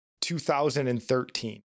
2013